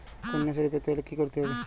কন্যাশ্রী পেতে হলে কি করতে হবে?